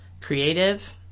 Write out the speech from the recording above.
creative